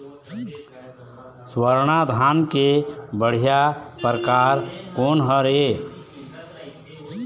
स्वर्णा धान के बढ़िया परकार कोन हर ये?